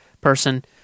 person